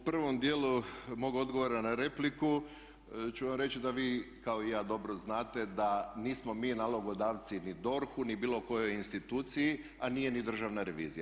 U prvom dijelu mog odgovora na repliku ću vam reći da vi kao i ja dobro znate da nismo mi nalogodavci ni DORH-u ni bilo kojoj instituciji a nije ni državna revizija.